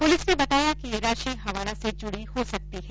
police ने बताया कि ये राशि हवाला से जुडी हो सकती है